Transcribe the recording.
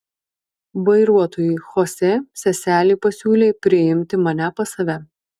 vairuotojui chosė seselė pasiūlė priimti mane pas save